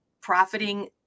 profiting